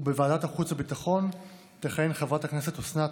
ובוועדת החוץ והביטחון תכהן חברת הכנסת אוסנת